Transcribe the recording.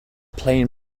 plain